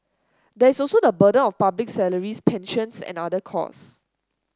there is also the burden of public salaries pensions and other cost